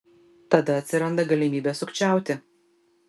tada atsiranda galimybė sukčiauti